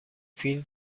فیلم